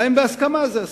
גם בהסכמה זה אסור.